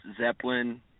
zeppelin